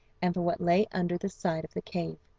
and for what lay under the side of the cave.